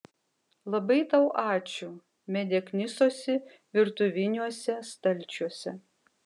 labai tau ačiū medė knisosi virtuviniuose stalčiuose